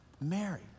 Mary